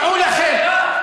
לכן,